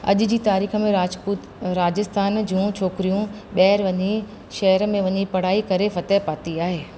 अॼु जी तारीख़ में राजपूत राजस्थान जूं छोकिरियूं ॿाहिरि वञी शहर में वञी पढ़ाई करे फ़तह पाती आहे